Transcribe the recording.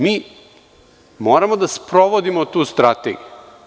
Mi moramo da sprovodimo tu Strategiju.